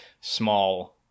small